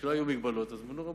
כשלא היו הגבלות מונו רבנים.